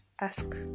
ask